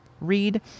read